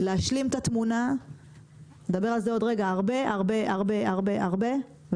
להשלים את התמונה ועם הרבה הרבה הרבה חינוך.